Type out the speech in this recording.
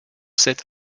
cet